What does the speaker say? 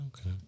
Okay